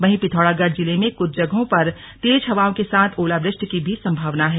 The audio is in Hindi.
वहीं पिथौरागढ़ जिले में कुछ जगहों पर तेज हवाओं के साथ ओलावृष्टि की भी संभावना है